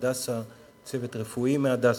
והמרכז הרפואי "הדסה"